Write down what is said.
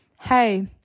hey